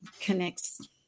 connects